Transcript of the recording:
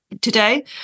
today